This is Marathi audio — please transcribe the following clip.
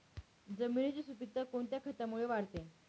जमिनीची सुपिकता कोणत्या खतामुळे वाढते?